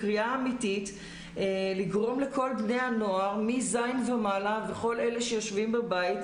קריאה אמיתית לגרום לכל בני הנוער מ-ז' ומעלה וכל אלה שיושבים בבית,